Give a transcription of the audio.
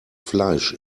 fleisch